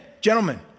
gentlemen